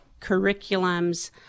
curriculums